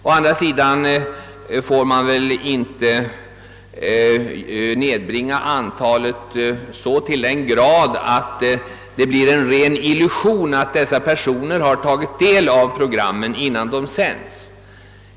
Å andra sidan får antalet inte nedbringas till den grad, att det blir en ren illusion att vederbörande skall ha tagit del av programmen, innan de sänds.